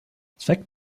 zweck